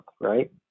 right